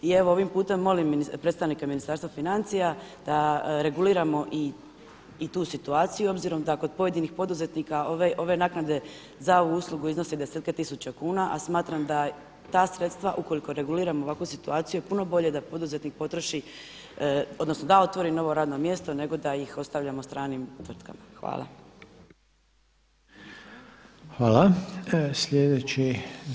I ovim putem molim predstavnike Ministarstva financija da reguliramo i tu situaciju i obzirom da kod pojedinih poduzetnika ove naknade za ovu uslugu iznose desetke tisuća kuna, a smatram da ta sredstva ukoliko reguliramo ovakvu situaciju puno bolje da poduzetnik potroši odnosno da otvori novo radno mjesto nego da ih ostavljamo stranim tvrtkama.